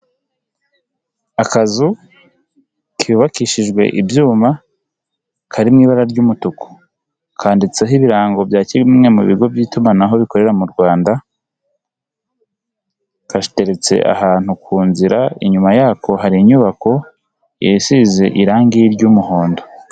Akazu kubakishijwe ibyuma kari mu ibara ry'umutuku, kandiditseho ibirango bya kimwe mu bigo by'itumanaho bikorera mu Rwanda, gateretse ahantu ku nzira, inyuma yako hari inyubako isize irangi ry'umuhondo.